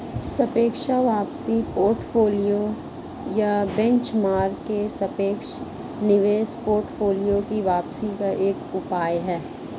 सापेक्ष वापसी पोर्टफोलियो या बेंचमार्क के सापेक्ष निवेश पोर्टफोलियो की वापसी का एक उपाय है